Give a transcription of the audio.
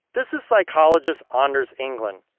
this is psychologists ah anders england.